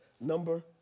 number